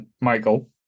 Michael